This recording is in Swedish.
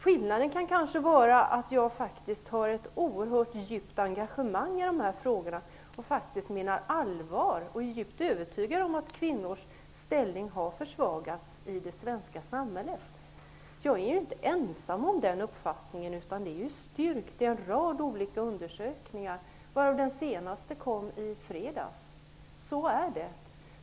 Skillnaden kan kanske vara att jag har ett oerhört djupt engagemang i dessa frågor, att jag faktiskt menar allvar och är övertygad om att kvinnors ställning i det svenska samhället har försvagats. Jag är ju inte ensam om den uppfattningen. Den finns styrkt i en rad undersökningar, varav den senaste kom i fredags. Så är det.